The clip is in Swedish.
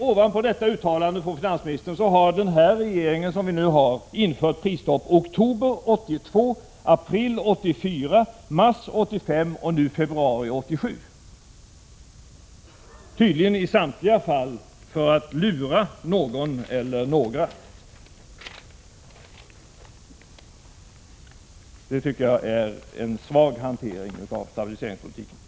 Ovanpå detta uttalande från finansministern har regeringen infört prisstopp i oktober 1982, i april 1984, i mars 1985 och nu i februari 1987 — tydligen i samtliga fall för att lura någon eller några. Det är en svag hantering av stabiliseringspolitiken.